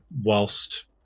whilst